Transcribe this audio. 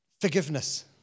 Forgiveness